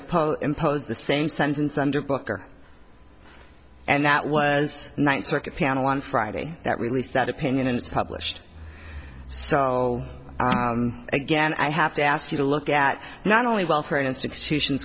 have pole impose the same sentence under booker and that was ninth circuit panel on friday that released that opinion and published so again i have to ask you to look at not only well for an institution